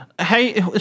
Hey